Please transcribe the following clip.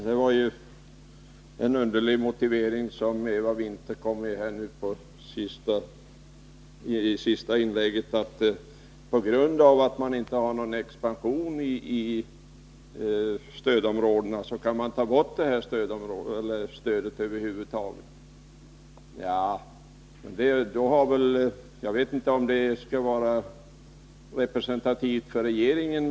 Herr talman! Eva Winther kom med en underlig motivering i det senaste inlägget. Hon sade, att eftersom det inte finns någon expansion i stödområdena, kan man utan vidare ta bort det här stödet. Jag vet inte om den synen är representativ för regeringen.